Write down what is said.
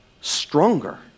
stronger